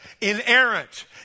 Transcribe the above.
inerrant